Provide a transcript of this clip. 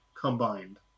combined